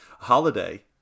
holiday